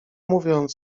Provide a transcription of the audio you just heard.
mówiąc